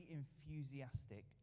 enthusiastic